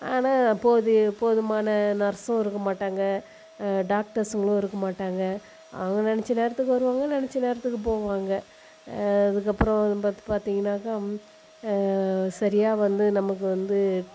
ஆனால் போது போதுமான நர்ஸும் இருக்க மாட்டாங்கள் டாக்டர்ஸுங்களும் இருக்க மாட்டாங்க அவங்க நினச்ச நேரத்துக்கு வருவாங்கள் நினச்ச நேரத்துக்கு போவாங்க அதுக்கப்புறம் ப பார்த்தீங்கன்னாக்கா சரியாக வந்து நமக்கு வந்து